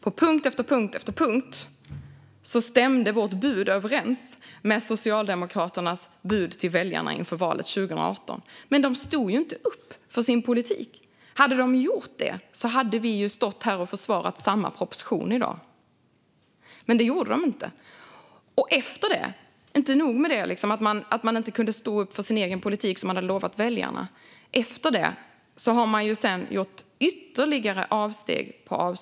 På punkt efter punkt stämde vårt bud överens med Socialdemokraternas bud till väljarna inför valet 2018, men de stod ju inte upp för sin politik. Hade de gjort det hade vi stått här och försvarat samma proposition i dag, men det gjorde de inte. Inte nog med att Socialdemokraterna inte kunde stå upp för sin egen politik som de hade lovat väljarna - därefter har de gjort ytterligare avsteg från den.